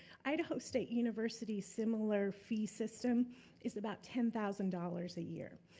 idaho state university's similar fee system is about ten thousand dollars a year.